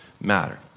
matter